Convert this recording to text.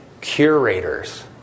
curators